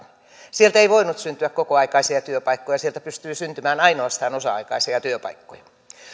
sieltä ei voinut syntyä kokoaikaisia työpaikkoja sieltä pystyi syntymään ainoastaan osa aikaisia työpaikkoja